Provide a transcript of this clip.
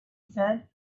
said